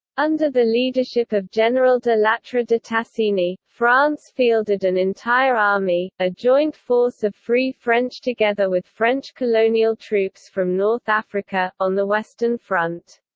under the leadership of general de lattre de tassigny, france fielded an entire army a joint force of free french together with french colonial troops from north north africa on the western front.